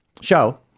show